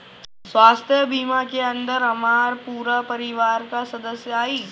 स्वास्थ्य बीमा के अंदर हमार पूरा परिवार का सदस्य आई?